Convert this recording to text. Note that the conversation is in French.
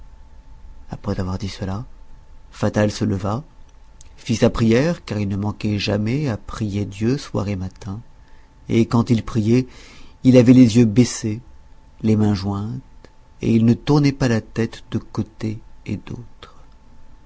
après avoir dit cela fatal se leva fit sa prière car il ne manquait jamais à prier dieu soir et matin et quand il priait il avait les yeux baissés les mains jointes et il ne tournait pas la tête de côté et d'autre